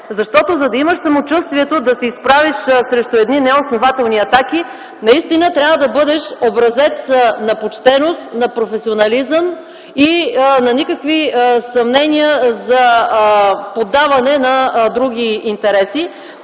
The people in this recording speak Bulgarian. Защото, за да имаш самочувствието да се изправиш срещу едни неоснователни атаки, наистина трябва да бъдеш образец на почтеност, на професионализъм и на никакви съмнения за поддаване на други интереси.